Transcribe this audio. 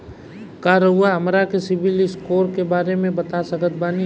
का रउआ हमरा के सिबिल स्कोर के बारे में बता सकत बानी?